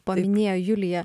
paminėjo julija